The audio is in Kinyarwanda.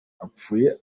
apfuye